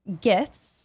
gifts